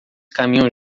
caminham